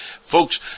Folks